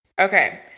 Okay